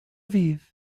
aviv